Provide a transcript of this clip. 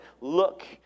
look